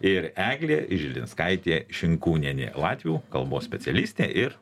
ir eglė žilinskaitė šinkūnienė latvių kalbos specialistė ir